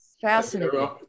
fascinating